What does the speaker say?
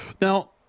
Now